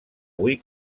avui